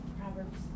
Proverbs